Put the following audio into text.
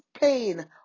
pain